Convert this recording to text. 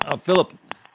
Philip